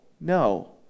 no